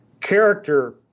character